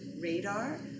radar